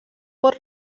pot